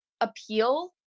appeal